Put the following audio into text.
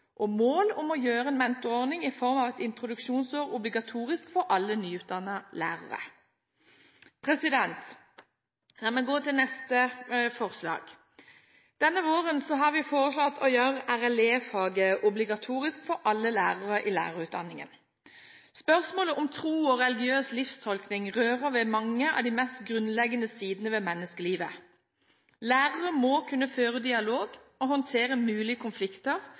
og et klart mål om å gjøre en mentorordning i form av et obligatorisk introduksjonsår for alle nyutdannede lærere. La meg gå til neste forslag. Denne våren har vi foreslått å gjøre RLE-faget obligatorisk for alle lærere i lærerutdanningen. Spørsmålet om tro og religiøs livstolkning rører ved mange av de mest grunnleggende sidene ved menneskelivet. Lærere må kunne føre dialog og håndtere mulige konflikter